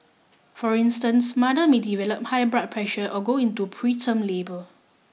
for instance mother may develop high blood pressure or go into preterm labour